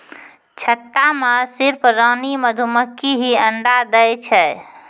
छत्ता मॅ सिर्फ रानी मधुमक्खी हीं अंडा दै छै